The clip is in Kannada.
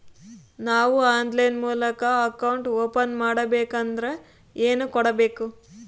ನಾವು ಆನ್ಲೈನ್ ಮೂಲಕ ಅಕೌಂಟ್ ಓಪನ್ ಮಾಡಬೇಂಕದ್ರ ಏನು ಕೊಡಬೇಕು?